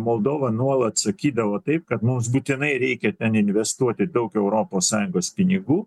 moldova nuolat sakydavo taip kad mums būtinai reikia ten investuoti daug europos sąjungos pinigų